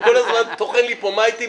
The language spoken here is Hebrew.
הוא כל הזמן טוחן לי פה: מה איתי,